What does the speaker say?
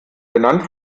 benannt